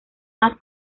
más